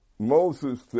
Moses